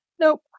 Nope